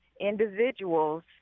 individuals